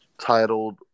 titled